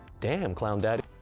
damn clown dadd